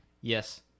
yes